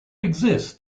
exist